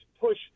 push